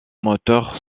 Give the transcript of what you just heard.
moteurs